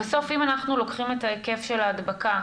בסוף אם אנחנו לוקחים את ההיקף של ההדבקה,